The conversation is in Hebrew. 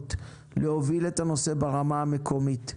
נכונות להוביל את הנושא ברמה המקומית.